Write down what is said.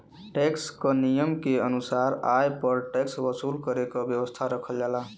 tax क नियम के अनुसार आय पर टैक्स वसूल करे क व्यवस्था रखल जाला